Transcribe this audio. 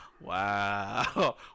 Wow